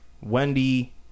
Wendy